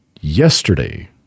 yesterday